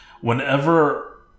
Whenever